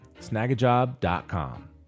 Snagajob.com